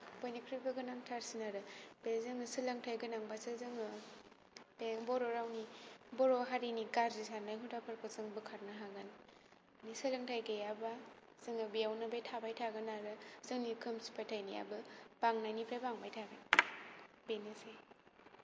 बयनिख्रुइबो गोनांथारसिन आरो बे जोंनो सोलोंथाय गोनांबासो जोङो बे बर' रावनि बर' हारिनि गाज्रि सान्नाय हुदाफोरखौ जों बोखारनो हागोन बे सोलोंथाय गैयाबा जोङो बेयावनो बे थाबाय थागोन आरो जोंनि खोमसि फोथायनायाबो बांनायनिफ्राय बांबाय थागोन बेनोसै